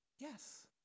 Yes